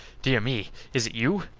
dear me is it you?